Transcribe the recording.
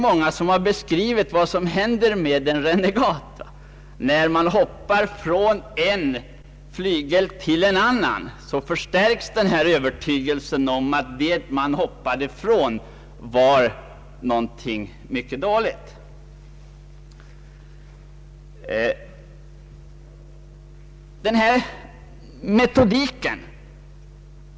Många har ju beskrivit vad som händer med en renegat: när man hoppar från en flygel till en annan, förstärks övertygelsen om att det man hoppade från var någonting mycket dåligt.